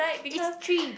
it's three